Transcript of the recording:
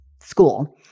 school